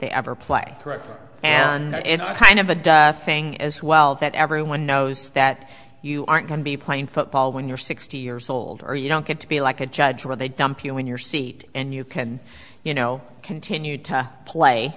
they ever play and it's kind of a thing as well that everyone knows that you aren't going to be playing football when you're sixty years old or you don't get to be like a judge where they dump you in your seat and you can you know continue to play